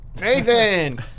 Nathan